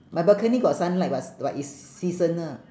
my balcony got sunlight but is like is seasonal